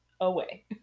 away